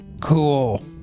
Cool